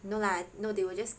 no lah no they will just